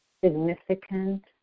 Significant